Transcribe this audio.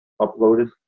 uploaded